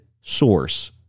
source